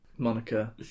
Monica